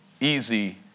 easy